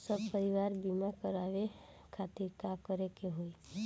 सपरिवार बीमा करवावे खातिर का करे के होई?